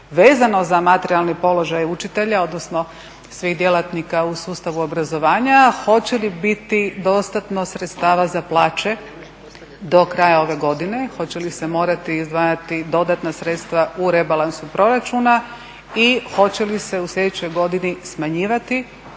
vezano za materijalni položaj učitelja, odnosno svih djelatnika u sustavu obrazovanja. Hoće li biti dostatno sredstava za plaće do kraja ove godine? Hoće li se morati izdvajati dodatna sredstva u rebalansu proračuna i hoće li se u sljedećoj godini smanjivati